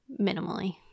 minimally